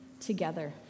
together